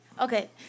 Okay